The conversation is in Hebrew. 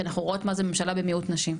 כי אנחנו רואות מה זה ממשלה במיעוט נשים.